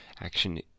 action